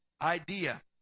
idea